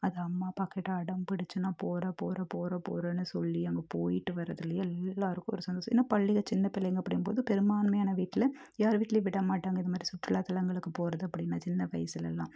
அது அம்மா அப்பாக்கிட்ட அடம்பிடிச்சி நான் போகிறேன் போகிறேன் போகிறேன் போகிறேன்னு சொல்லி அங்கே போய்ட்டு வரதிலேயே எல்லாருக்கும் ஒரு சந்தோஷம் ஏன்னா பள்ளிக சின்ன பிள்ளைங்க அப்படிங்கும் போது பெருமான்மையா வீட்டில யார் வீட்டிலயும் விடமாட்டாங்க இது மாதிரி சுற்றுலா தளங்களுக்கு போகிறது அப்படின்னா சின்ன வயசுலேல்லாம்